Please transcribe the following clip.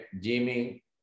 Jimmy